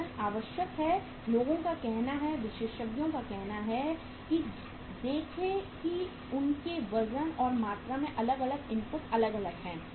वज़न आवश्यक है लोगों का कहना है विशेषज्ञों का कहना है कि देखें कि उनके वजन और मात्रा में अलग अलग इनपुट अलग अलग हैं